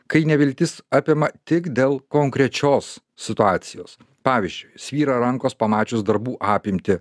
kai neviltis apima tik dėl konkrečios situacijos pavyzdžiui svyra rankos pamačius darbų apimtį